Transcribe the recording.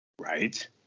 Right